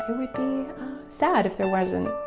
would be sad if there wasn't,